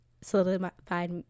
solidified